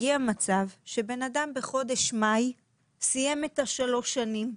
הגיע מצב שבן אדם בחודש מאי סיים את שלוש השנים,